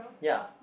ya